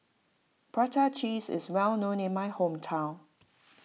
Prata Cheese is well known in my hometown